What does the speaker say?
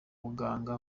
buganga